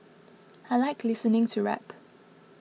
I like listening to rap